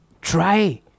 try